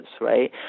right